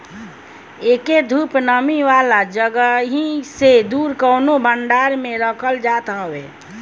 एके धूप, नमी वाला जगही से दूर कवनो भंडारा में रखल जात हवे